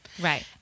Right